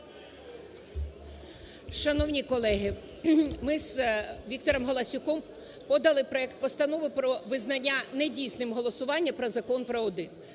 Шановні колеги, ми з Віктором Галасюком подали проект постанови про визнання недійсним голосування про Закон про